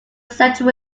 central